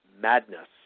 madness